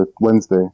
Wednesday